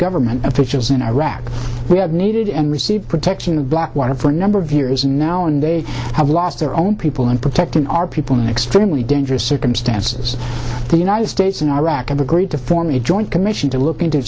government officials in iraq we have needed and received protection of blackwater for a number of years now and they have lost their own people in protecting our people in extremely dangerous circumstances the united states and iraq have agreed to form a joint commission to look into